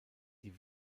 die